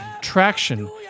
Traction